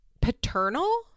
paternal